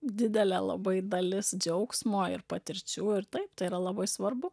didelė labai dalis džiaugsmo ir patirčių ir taip tai yra labai svarbu